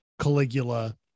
caligula